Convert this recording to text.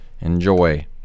Enjoy